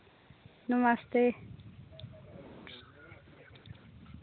नमस्ते